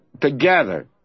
together